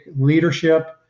leadership